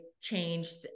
changed